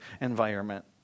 environment